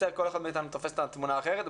כל אחד מאתנו תופס את התמונה אחרת,